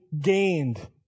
gained